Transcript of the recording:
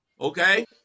Okay